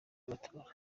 amatora